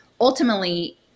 ultimately